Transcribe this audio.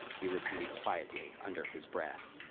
he repeated quietly under his breath